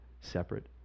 separate